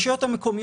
אני הראל בן דוד,